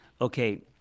Okay